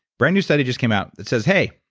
brand new study just came out that says, hey,